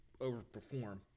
overperform